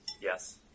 Yes